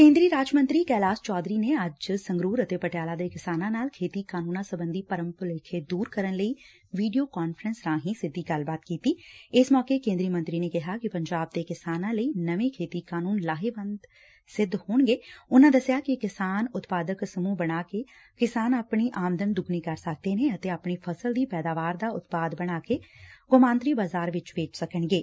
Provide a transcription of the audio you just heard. ਕੇਂਦਰੀ ਰਾਜ ਮੰਤਰੀ ਕੈਲਾਸ਼ ਚੌਧਰੀ ਨੇ ਅੱਜ ਸੰਗਰੁਰ ਅਤੇ ਪਟਿਆਲਾ ਦੇ ਕਿਸਾਨਾਂ ਨਾਲ ਖੇਤੀ ਕਾਨੂੰਨਾਂ ਸਬੰਧੀ ਭਰਮ ਭੁਲੇਖੇ ਦੂਰ ਕਰਨ ਲਈ ਵੀਡੀਓ ਕਾਨਫਰੰਸ ਰਾਹੀ ਸਿੱਧੀ ਗੱਲਬਾਤ ਕੀਡੀ ਇਸ ਮੌਕੇ ਕੇਦਰੀ ਮੰਤਰੀ ਨੇ ਕਿਹਾ ਕਿ ਪੰਜਾਬ ਦੇ ਕਿਸਾਨਾਂ ਲਈ ਨਵੇਂ ਖੇਤੀ ਕਾਨੂੰਨ ਲਾਹੇਵੰਦ ਸਿੱਧ ਹੋਣਗੇ ਉਨੂਾਂ ਦੱਸਿਆ ਕਿ ਕਿਸਾਨ ਊਤਪਾਦਕ ਸਮੂਹ ਬਣਾ ਕੇ ਕਿਸਾਨ ਆਪਣੀ ਆਮਦਨ ਦੂੱਗਣੀ ਕਰ ਸਕਦੇ ਨੇ ਅਤੇ ਆਪਣੀ ਫਸਲ ਦੀ ਪੈਦਾਵਾਰ ਦਾ ਉਤਪਾਦ ਬਣਾ ਕੇ ਅੰਤਰਰਾਸਟਰੀ ਬਾਜ਼ਾਰ ਵਿੱਚ ਵੇਚ ਸਕਣਗੇ